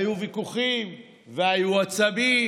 היו ויכוחים והיו עצבים,